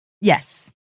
Yes